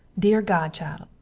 deer godchild,